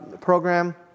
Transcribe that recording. program